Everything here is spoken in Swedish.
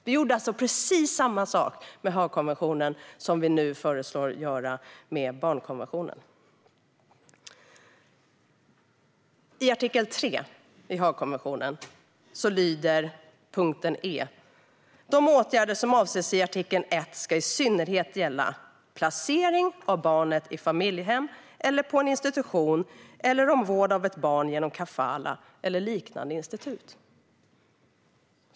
Vi gjorde alltså precis samma sak med Haagkonventionen som vi nu föreslår göra med barnkonventionen. Under punkt e i artikel 3 i Haagkonventionen står det att de åtgärder som avses i artikel 1 i synnerhet kan gälla "placering av barnet i familjehem eller på en institution, eller om vård av ett barn genom kafalah eller liknande institut".